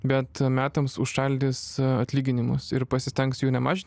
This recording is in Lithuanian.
bet metams užšaldys atlyginimus ir pasistengs jų nemažint